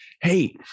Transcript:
Hey